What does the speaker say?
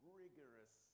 rigorous